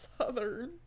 Southern